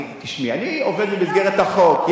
אני עובד במסגרת החוק.